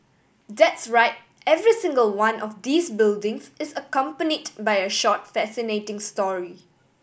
that's right every single one of these buildings is accompanied by a short fascinating story